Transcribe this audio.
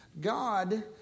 God